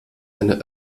eine